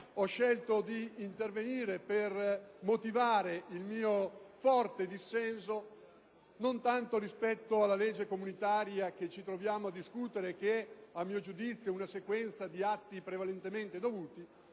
ho scelto di intervenire per motivare il mio forte dissenso, non tanto rispetto alla legge comunitaria che ci troviamo a discutere, e che a mio giudizio è una sequenza di atti prevalentemente dovuti,